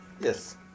Yes